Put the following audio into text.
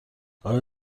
آیا